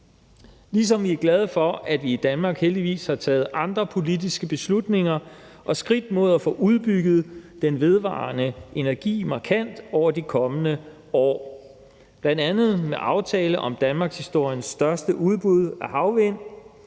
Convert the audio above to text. ligesom vi er glade for, at vi i Danmark heldigvis har taget andre politiske beslutninger og skridt mod at få udbygget den vedvarende energi markant over de kommende år, bl.a. med aftalen om danmarkshistoriens største udbud af